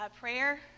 prayer